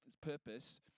purpose